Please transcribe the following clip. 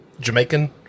Jamaican